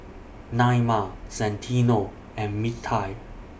Naima Santino and Mintie